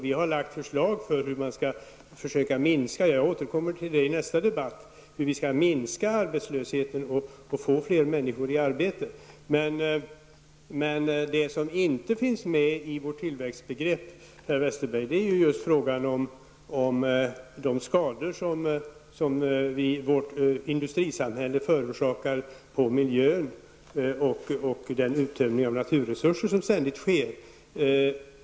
Vi har lagt fram förslag om hur man skall försöka minska arbetslösheten och få fler människor i arbete. Jag återkommer till detta i nästa debatt. Men det som inte finns med i vårt tillväxtbegrepp, Per Westerberg, är frågan om de skador som vårt industrisamhälle förorsakar på miljön och den uttömning av naturresurser som ständigt sker.